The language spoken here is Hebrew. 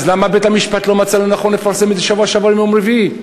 אז למה בית-המשפט לא מצא לנכון לפרסם את זה בשבוע שעבר ביום רביעי?